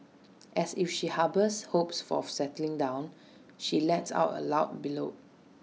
asked if she harbours hopes for settling down she lets out A loud bellow